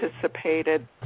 participated